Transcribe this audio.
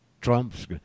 trump's